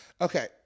Okay